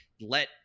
let